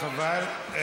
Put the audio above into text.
חבל.